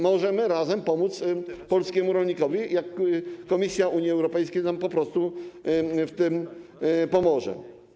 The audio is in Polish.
Możemy razem pomóc polskiemu rolnikowi, jak Komisja Unii Europejskiej nam po prostu w tym pomoże.